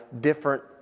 different